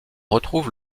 retrouve